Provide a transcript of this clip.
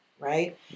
right